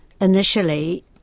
initially